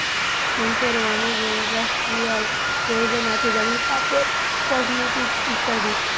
হেম্পের অনেক ইন্ডাস্ট্রিয়াল প্রয়োজন আছে যেমনি কাপড়, কসমেটিকস ইত্যাদি